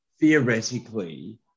theoretically